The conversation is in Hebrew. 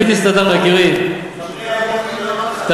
חברי היקר, חבר הכנסת כהן, כמה?